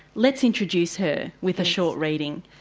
let's introduce her with a short reading.